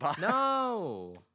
No